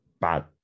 bad